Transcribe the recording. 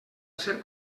ser